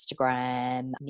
Instagram